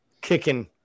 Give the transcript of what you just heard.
kicking